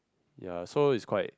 ya so is quite